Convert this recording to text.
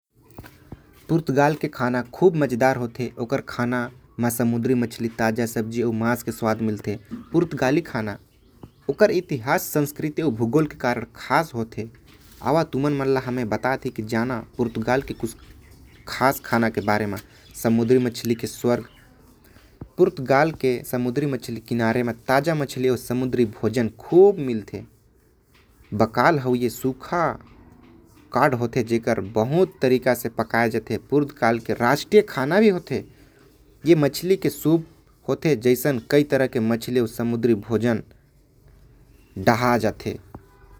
पुर्तगाल के खाना मजेदार होथे। ओकर खाना म मछली मांस अउ सब्जी के स्वाद मिलथे। ओकर संस्कृति अउ भूगोल के कारण ओकर खाना खास होथे। पुर्तगाल म मछली बहुत मिलथे जेमे एमन मछली अउ। मछली के सूप बहुते पसंद करथे।